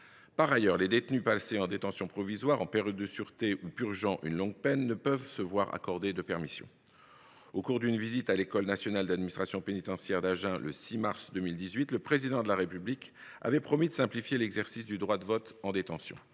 Par ailleurs, les détenus placés en détention provisoire ou en période de sûreté, ainsi que ceux qui purgent une longue peine, ne peuvent se voir accorder de permission. Au cours d’une visite à l’École nationale d’administration pénitentiaire d’Agen, le 6 mars 2018, le Président de la République avait promis de simplifier l’exercice du droit de vote en détention.